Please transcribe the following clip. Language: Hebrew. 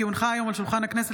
כי הונחה היום על שולחן הכנסת,